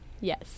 Yes